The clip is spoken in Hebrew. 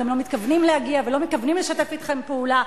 הם גם לא מתכוונים להגיע ולא מתכוונים לשתף אתכם פעולה,